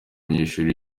abanyeshuri